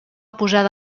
posada